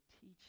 teach